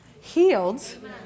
healed